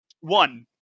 One